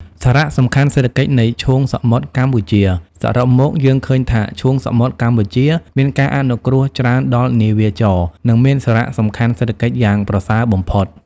សារៈសំខាន់សេដ្ឋកិច្ចនៃឈូងសមុទ្រកម្ពុជា សរុបមក យើងឃើញថាឈូងសមុទ្រកម្ពុជាមានការអនុគ្រោះច្រើនដល់នាវាចរណ៍ និងមានសារៈសំខាន់សេដ្ឋកិច្ចយ៉ាងប្រសើរបំផុត។